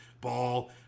ball